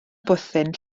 bwthyn